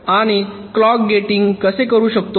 आणि clock gating कसे करू शकतो